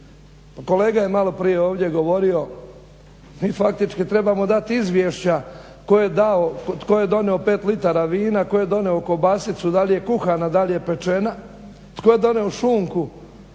Pa kolega je maloprije ovdje govorio mi faktički trebamo dati izvješća tko je donio 5 litara vina, tko je donio kobasicu, da li je kuhana, da li je pečena, tko je donio šunku.